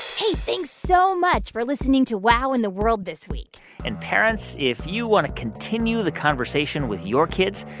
hey, thanks so much for listening to wow in the world this week and, parents, if you want to continue the conversation with your kids,